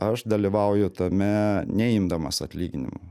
aš dalyvauju tame neimdamas atlyginimo